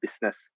business